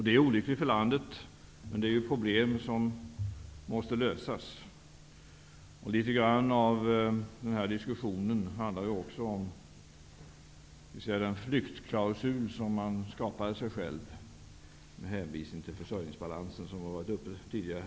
Det är olyckligt för landet, men det är problem som måste lösas. Litet av den här diskussionen handlar också om den flyktklausul som man skapade, med hänvisning till försörjningsbalansen, som har tagits upp tidigare.